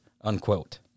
unquote